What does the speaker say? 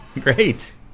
Great